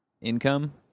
income